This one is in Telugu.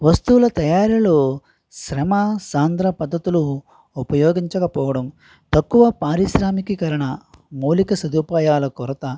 వస్తువుల తయారీలో శ్రమ సాంద్ర పద్ధతులు ఉపయోగించకపోవడం తక్కువ పారిశ్రామికీకరణ మౌలిక సదుపాయాల కొరత